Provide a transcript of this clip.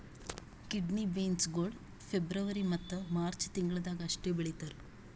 kidney beans ಗೊಳ್ February ಮತ್ತ March ತಿಂಗಿಳದಾಗ್ ಅಷ್ಟೆ ಬೆಳೀತಾರ್